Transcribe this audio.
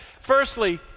Firstly